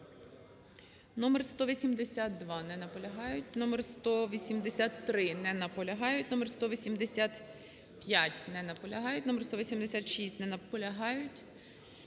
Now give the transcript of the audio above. Номер 182. Не наполягають. Номер 183. Не наполягають. Номер 185. Не наполягають. Номер 186. Не наполягають.